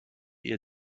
ihr